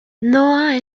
noah